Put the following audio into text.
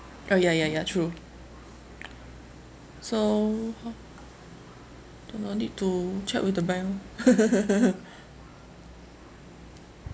oh ya ya ya true so how don't know need to check with the bank orh